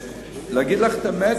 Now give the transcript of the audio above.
להגיד לך את האמת?